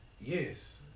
Yes